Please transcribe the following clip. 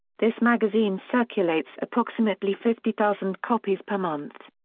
this magazine circulates approximately fifty thousand copies per month.